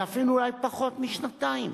ואפילו אולי פחות משנתיים.